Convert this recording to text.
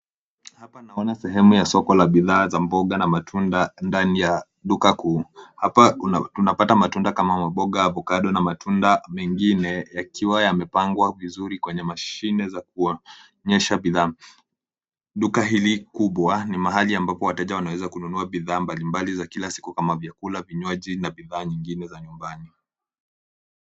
Hapa naona sehemu ya soko ya bidhaa za mboga na matunda ndani ya duka kuu. Hapa tunapata matunda kama maboga, ovacado na matunda mengine yakiwa yamepangwa vizuri kwenye mashine za kuonyesha bidhaa. Duka hili kubwa ni mahali ambapo wateja wanaweza kununua bidhaa mbalimbali za kila siku kama vyakula, vinywaji na bidhaa nyingine za nyumbani.